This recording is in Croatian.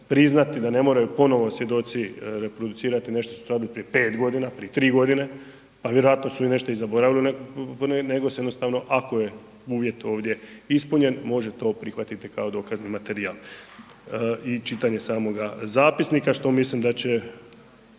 priznati da ne moraju ponovno svjedoci reproducirati nešto što su radili prije 5 godina, prije 3 godine a vjerojatno su i nešto zaboravili nego se jednostavno ako je uvjet ovdje ispunjen može to prihvatiti kao dokazni materijal i čitanje samoga zapisnika što mislim da će